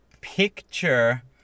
picture